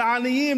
לעניים,